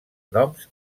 noms